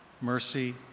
mercy